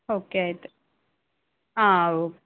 okay అయితే ఆ okay